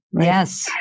Yes